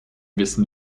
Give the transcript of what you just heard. wissen